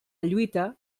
lluita